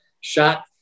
shot